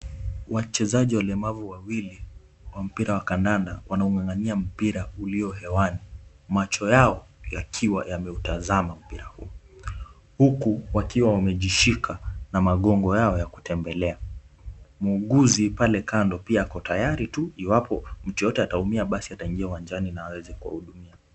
Wachezaji walemavu wawili wa mpira wa kandanda, wanaung'ang'ania mpira ulio hewani, macho yao yakiwa yameutazama mpira huo, huku wakiwa wamejishika na magongo yao ya kutembelea. Muuguzi pale kando pia ako tayari tu iwapo mtu yeyote ataumia ataingia uwanjani na aweze kuwahudumia.